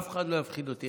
אף אחד לא יפחיד אותי.